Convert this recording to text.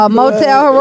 motel